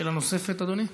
שאלה נוספת, אדוני?